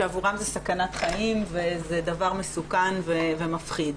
זו סכנת חיים וזה דבר מסוכן ומפחיד.